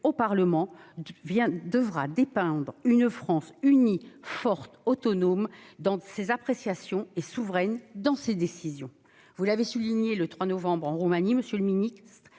au Parlement [...] devra dépeindre une France unie, forte, autonome dans ses appréciations, et souveraine dans ses décisions. » Vous l'avez souligné le 3 novembre dernier en Roumanie,